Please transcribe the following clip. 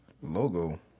logo